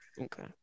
Okay